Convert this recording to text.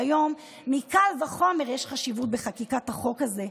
שהיום קל וחומר שיש חשיבות בחקיקת החוק הזה,